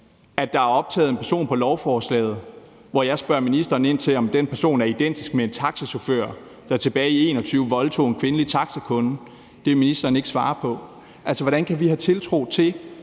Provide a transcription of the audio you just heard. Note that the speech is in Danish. at der er optaget en person på lovforslaget, og jeg har spurgt ministeren ind til, om den person er identisk med en taxachauffør, der tilbage i 2021 voldtog en kvindelig taxakunde. Det vil ministeren ikke svare på. Hvordan kan vi have tiltro til,